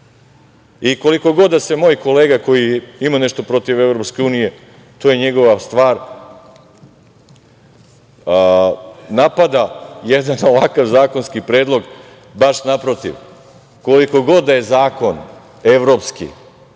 društva. Koliko god da moj kolega koji ima nešto protiv EU, to je njegova stvar, napada jedan ovakav zakonski predlog, baš naprotiv, koliko god da je zakon evropski,